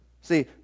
See